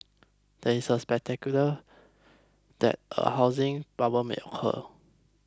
there is speculation that a housing bubble may occur